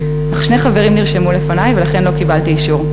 אך שני חברים נרשמו לפני ולכן לא קיבלתי אישור,